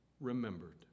remembered